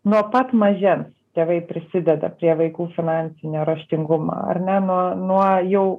nuo pat mažens tėvai prisideda prie vaikų finansinio raštingumo ar ne nuo nuo jau